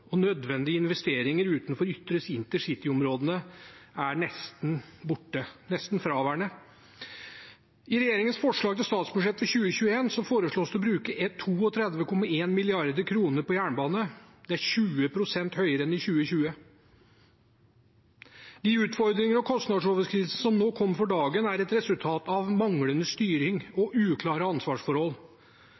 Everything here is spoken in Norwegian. og nødvendige investeringer utenfor de ytre intercityområdene er nesten borte, nesten fraværende. I regjeringens forslag til statsbudsjett for 2021 foreslås det å bruke 32,1 mrd. kr på jernbane. Det er 20 pst. høyere enn i 2020. De utfordringer og kostnadsoverskridelser som nå kom for dagen, er et resultat av manglende styring og uklare ansvarsforhold.